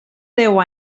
deu